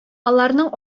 аларның